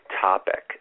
Topic